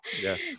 Yes